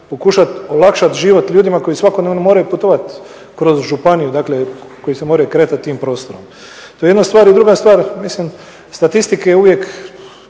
pokušat olakšat ljudima koji svakodnevno moraju putovati kroz županiju, dakle koji se moraju kretati tim prostorom. To je jedna stvar. I druga stvar, mislim statistike uvijek